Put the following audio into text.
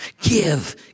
give